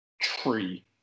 tree